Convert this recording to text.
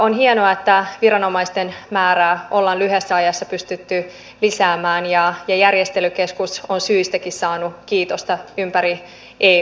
on hienoa että viranomaisten määrää ollaan lyhyessä ajassa pystytty lisäämään ja järjestelykeskus on syystäkin saanut kiitosta ympäri euta